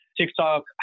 TikTok